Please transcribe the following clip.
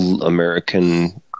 American